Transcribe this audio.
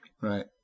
Right